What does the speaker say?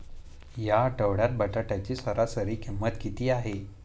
या आठवड्यात बटाट्याची सरासरी किंमत किती आहे?